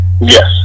Yes